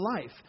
life